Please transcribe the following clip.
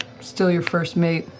still your first mate,